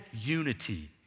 unity